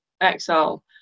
exile